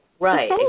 Right